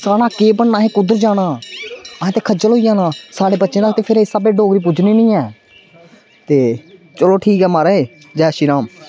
स्हाड़़ा केह् बनना अहें कुद्धर जाना अहें ते खज्जल होई जाना स्हाड़े बच्चें तक्क फिर एस्स स्हाबे डोगरी पुज्जनी नी ऐ ते चलो ठीक ऐ महाराज जय श्री राम